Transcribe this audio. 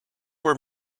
were